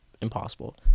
impossible